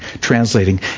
translating